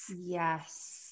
Yes